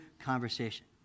conversation